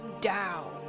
down